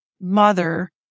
mother